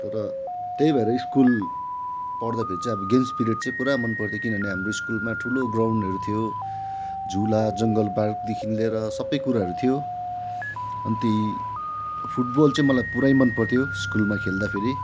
तर त्यही भएर स्कुल पढ्दा फेरि चाहिँ अब गेम्स पिरियड चाहिँ पुरा मन पर्थ्यो किनभने हाम्रो स्कुलमा ठुलो ग्राउन्डहरू थियो झुला जङ्गल पार्कदेखि लिएर सबै कुराहरू थियो अनि ती फुट बल चाहिँ मलाई पुरै मन पर्थ्यो स्कुलमा खेल्दा फेरि